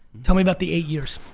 tell me about the eight years.